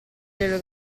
glielo